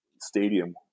stadium